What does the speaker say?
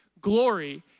glory